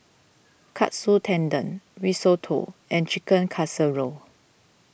Katsu Tendon Risotto and Chicken Casserole